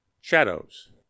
Shadows